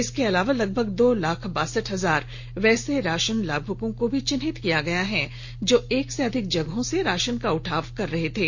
इसके अलावा लगभग दो लाख बासठ हजार वैसे राशन लाभुकों को भी चिन्हित किया गया है जो एक से अधिक जगहों से राशन का उठाव कर रहे थे